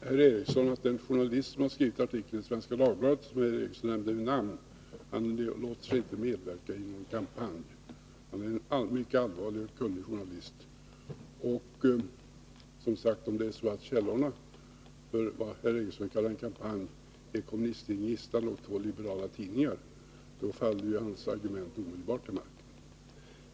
Herr talman! Den journalist som har skrivit artikeln i Svenska Dagbladet, och som herr Sture Ericson nämnde vid namn, låter sig inte medverka i någon kampanj. Han är en mycket allvarlig och kunnig journalist. Om källorna för vad herr Ericson kallar en kampanj är kommunisttidningen Gnistan och två liberala tidningar, faller hans argument omedelbart till marken.